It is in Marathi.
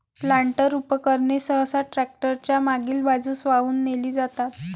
प्लांटर उपकरणे सहसा ट्रॅक्टर च्या मागील बाजूस वाहून नेली जातात